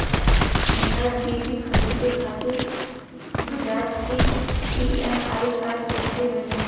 हमरा टी.वी खरीदे खातिर बज़ाज़ के ई.एम.आई कार्ड कईसे बनी?